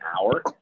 hour